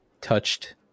touched